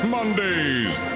Mondays